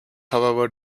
however